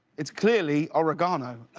it's clearly oregano.